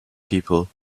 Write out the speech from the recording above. people